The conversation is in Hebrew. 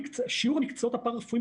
שיעור המועסקים במקצועות הפארא רפואיים